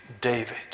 David